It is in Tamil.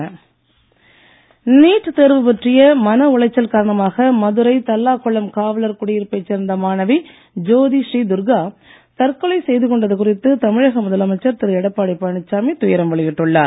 எடப்பாடி நீட் தேர்வு பற்றிய மனஉளைச்சல் காரணமாக மதுரை தல்லாகுளம் காவலர் குடியிருப்பைச் சேர்ந்த மாணவி ஜோதி ஸ்ரீதுர்கா தற்கொலை செய்து கொண்டது குறித்து தமிழக முதலமைச்சர் திரு எடப்பாடி பழனிசாமி துயரம் வெளியிட்டுள்ளார்